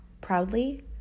proudly